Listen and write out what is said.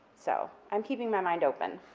so i'm keeping my mind open,